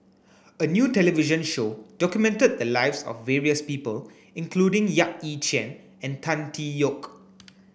a new television show documented the lives of various people including Yap Ee Chian and Tan Tee Yoke